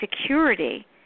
security